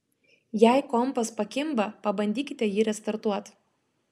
jei kompas pakimba pabandykite jį restartuot